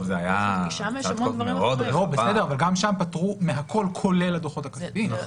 גם שם פטרו מהכול כולל הדוחות הכספיים.